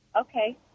Okay